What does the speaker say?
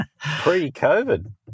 Pre-COVID